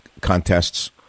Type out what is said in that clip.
contests